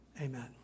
Amen